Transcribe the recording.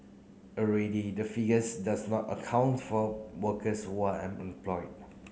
already the figures does not account for workers who are employed